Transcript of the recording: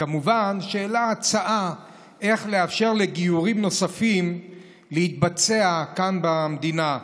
וכמובן העלה הצעה איך לאפשר לגיורים נוספים להתבצע כאן במדינה.